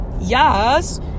yes